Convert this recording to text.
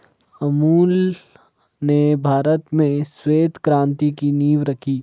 अमूल ने भारत में श्वेत क्रान्ति की नींव रखी